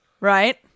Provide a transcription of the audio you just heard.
Right